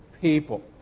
people